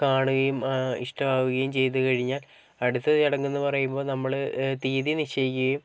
കാണുകയും ഇഷ്ടമാവുകയും ചെയ്തുക്കഴിഞ്ഞാല് അടുത്ത ചടങ്ങ് എന്ന് പറയുമ്പോൾ നമ്മള് തീയതി നിശ്ചയിക്കുകയും